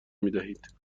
میدهید